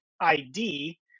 id